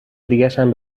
دیگشم